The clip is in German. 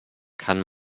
kann